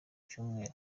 cyumweru